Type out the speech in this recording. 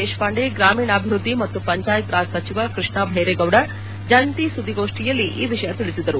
ದೇಶಪಾಂಡೆ ಗ್ರಾಮೀಣಾಭಿವೃದ್ದಿ ಮತ್ತು ಪಂಚಾಯತ್ ರಾಜ್ ಸಚಿವ ಕೃಷ್ಣ ಬೈರೇಗೌಡ ಜಂಟಿ ಸುದ್ದಿಗೋಷ್ಠಿಯಲ್ಲಿ ಈ ವಿಷಯ ತಿಳಿಸಿದರು